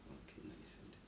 okay let me settle